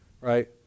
right